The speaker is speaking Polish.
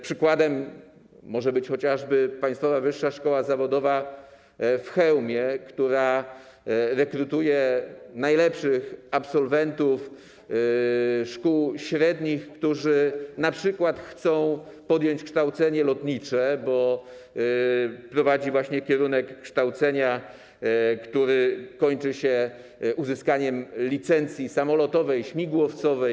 Przykładem może być chociażby Państwowa Wyższa Szkoła Zawodowa w Chełmie, która rekrutuje najlepszych absolwentów szkół średnich, którzy np. chcą podjąć kształcenie lotnicze, bo prowadzi kierunek kształcenia, który kończy się uzyskaniem licencji samolotowej, śmigłowcowej.